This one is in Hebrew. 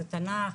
זה תנ"ך,